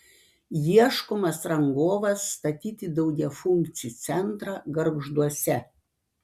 ieškomas rangovas statyti daugiafunkcį centrą gargžduose